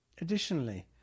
Additionally